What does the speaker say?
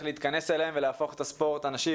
להתכנס אליהם ולהפוך את הספורט הנשי,